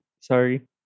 sorry